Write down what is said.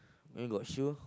maybe got shoe